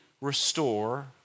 restore